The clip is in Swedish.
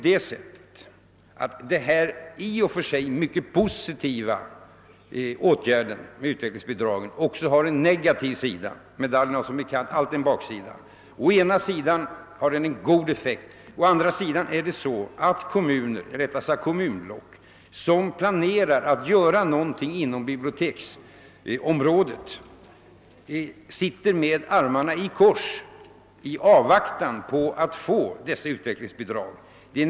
Den i och för sig mycket positiva åtgärden att ge utvecklingsbidrag har också en negativ sida — medaljen har som bekant alltid en baksida. Å ena sidan har åtgärden som sådan en god effekt, å andra sidan sitter man i de kommunblock som planerar att göra något på biblioteksområdet med armarna i kors i avvaktan på att få dessa utvecklingsbidrag.